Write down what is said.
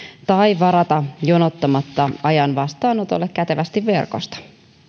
tai varata jonottamatta ajan vastaanotolle kätevästi verkosta